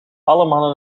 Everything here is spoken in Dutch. allemaal